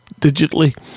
digitally